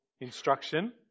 instruction